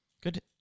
Good